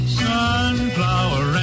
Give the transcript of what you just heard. sunflower